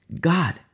God